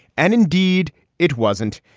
and indeed it wasn't.